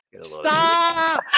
Stop